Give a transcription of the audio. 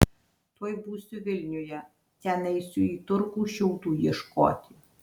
tuoj būsiu vilniuje ten eisiu į turgų šiaudų ieškoti